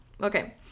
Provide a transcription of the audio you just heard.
Okay